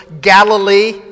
Galilee